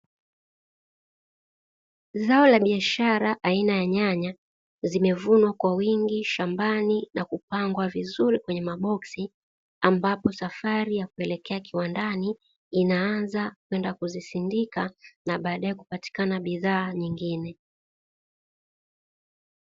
Zao la biashara aina ya nyanya zimevumwa kwa wingi shambani na kupangwa vizuri kwenye maboksi, ambapo safari ya kuelekea kiwandani inaanza kwenda kuzisindika na baadae kupatikana bidhaa nyingine.